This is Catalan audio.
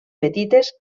petites